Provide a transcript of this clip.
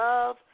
Love